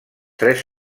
tres